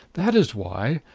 that is why.